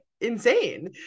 Insane